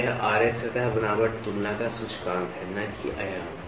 तो यह Ra सतह बनावट तुलना का सूचकांक है न कि आयाम